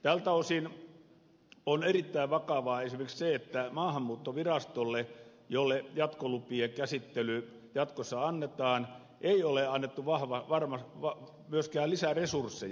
tältä osin on erittäin vakavaa esimerkiksi se että maahanmuuttovirastolle jolle jatkolupien käsittely jatkossa annetaan ei ole myöskään annettu lisää resursseja